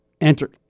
enter